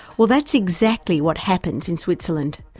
well that's exactly what happens in switzerland.